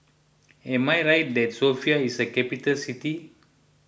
am I right that Sofia is a capital city